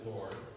Lord